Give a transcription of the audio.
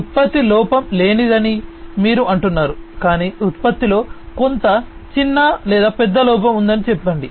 ఉత్పత్తి లోపం లేనిదని మీరు అంటున్నారు కాని ఉత్పత్తిలో కొంత చిన్న లేదా పెద్ద లోపం ఉందని చెప్పండి